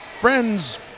friends